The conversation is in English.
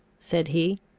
said he,